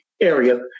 Area